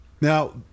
Now